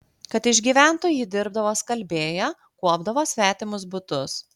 kad išgyventų ji dirbdavo skalbėja kuopdavo svetimus butus